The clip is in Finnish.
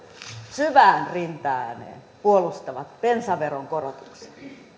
syvään rintaääneen puolustavat bensaveron korotuksia